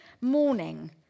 morning